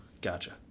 Gotcha